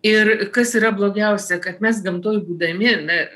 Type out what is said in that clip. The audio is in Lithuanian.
ir kas yra blogiausia kad mes gamtoj būdami na